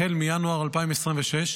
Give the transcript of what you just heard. החל מינואר 2026,